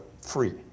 free